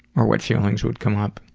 or what feelings would come up?